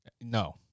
No